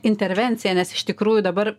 intervenciją nes iš tikrųjų dabar